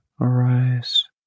arise